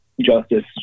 justice